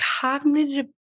cognitive